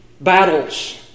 battles